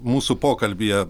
mūsų pokalbyje